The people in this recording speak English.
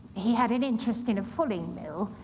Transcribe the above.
he had an interest in a fulling mill,